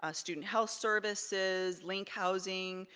ah student health services, linc housing,